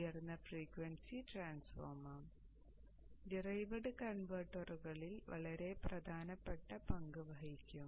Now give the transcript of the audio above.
ഉയർന്ന frequency transformer derived കൺവെർട്ടറുകളിൽ വളരെ പ്രധാനപ്പെട്ട പങ്ക് വഹിക്കും